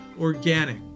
Organic